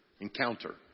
Encounter